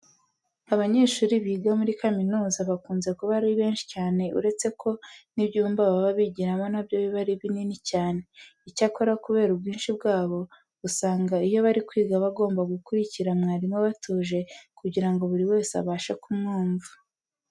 Abanyeshuri biga muri kaminuza bakunze kuba ari benshi cyane uretse ko n'ibyumba baba bigiramo na byo biba ari binini cyane. Icyakora kubera ubwinshi bwabo, usanga iyo bari kwiga bagomba gukurikira mwarimu batuje kugira ngo buri wese abashe kumwumva.